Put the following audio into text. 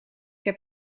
heb